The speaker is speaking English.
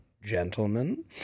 gentlemen